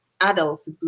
adults